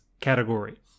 category